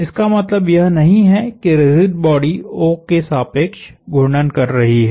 इसका मतलब यह नहीं है कि रिजिड बॉडी O के सापेक्ष घूर्णन कर रही है